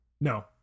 No